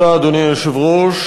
אדוני היושב-ראש,